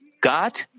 God